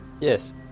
Yes